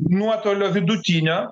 nuotolio vidutinio